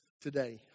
today